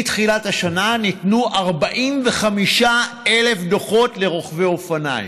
מתחילת השנה ניתנו 45,000 דוחות לרוכבי אופניים.